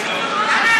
יש לך רוב.